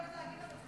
אני חייבת להגיד לך,